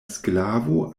sklavo